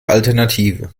alternative